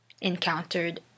encountered